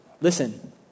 Listen